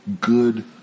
good